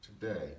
today